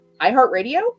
iHeartRadio